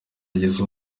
rugeze